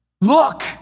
Look